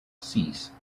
cease